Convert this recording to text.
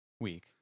week